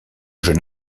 jeune